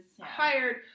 hired